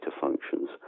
functions